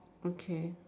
okay